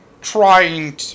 trying